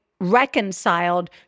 reconciled